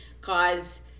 cause